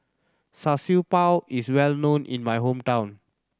Char Siew Bao is well known in my hometown